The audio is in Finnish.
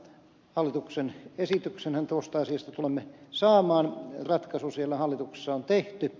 hallituksen esityksenhän tuosta asiasta tulemme saamaan ratkaisu hallituksessa on tehty